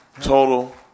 total